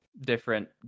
different